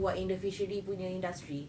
who are in the fishery punya industry